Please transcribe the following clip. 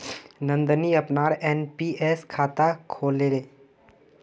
नंदनी अपनार एन.पी.एस खाता खोलले